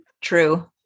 true